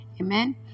Amen